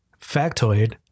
factoid